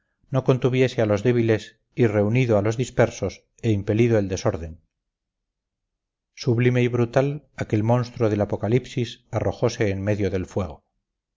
no contuviese a los débiles y reunido a los dispersos e impedido el desorden sublime y brutal aquel monstruo del apocalipsis arrojose en medio del fuego